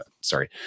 sorry